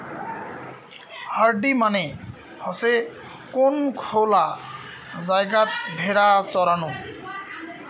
herding মানে হসে কোন খোলা জায়গাত ভেড়া চরানো